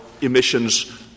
emissions —